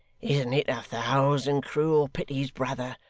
isn't it a thousand cruel pities, brother,